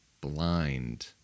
blind